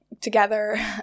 together